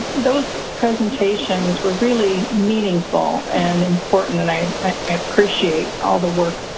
those presentations were really meaningful and important. and i appreciate all the work